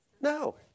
no